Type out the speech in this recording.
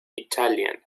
italian